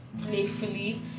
playfully